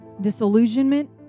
disillusionment